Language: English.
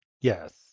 Yes